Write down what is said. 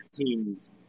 teams